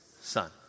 son